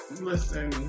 listen